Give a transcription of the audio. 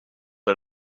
out